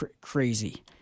crazy